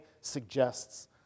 suggests